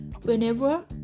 whenever